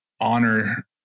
honor